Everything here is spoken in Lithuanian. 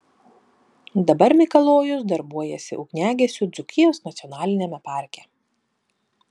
dabar mikalojus darbuojasi ugniagesiu dzūkijos nacionaliniame parke